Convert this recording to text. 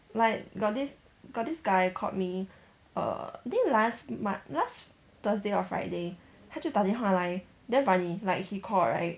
like got this got this guy called me err I think last mont~ last thursday or friday 他就打电话来 damn funny like he called right